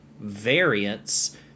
variants